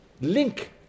link